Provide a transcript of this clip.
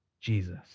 Jesus